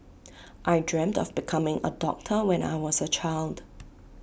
I dreamt of becoming A doctor when I was A child